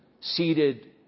seated